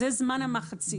זה זמן המחצית.